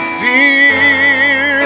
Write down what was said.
fear